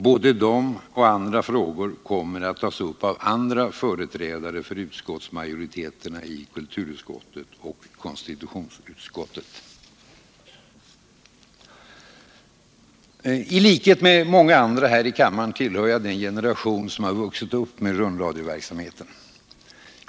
Både de frågorna och andra frågor kommer att tas upp av andra företrädare för utskottsmajoriteten i kulturutskottet och konstitutionsutskottet. I likhet med många andra här i kammaren tillhör jag den generation som vuxit upp med rundradioverksamheten.